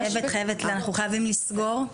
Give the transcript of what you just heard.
(היו"ר שרן מרים השכל) אנחנו חייבים לסגור.